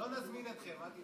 אנחנו לא נזמין אתכם, תהיה רגוע.